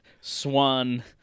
swan